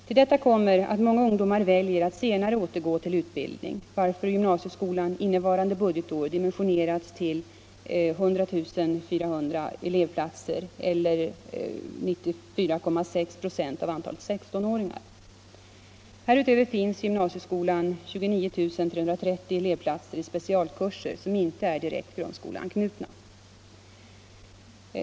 Till detta kommer att många ungdomar väljer att senare återgå till utbildning, varför gymnasieskolan innevarande budgetår dimensionerats till 100 400 elevplatser eller 94,6 96 av antalet 16-åringar. Härutöver finns i gymnasieskolan 29 330 elevplatser i specialkurser som inte är direkt grundskoleanknutna.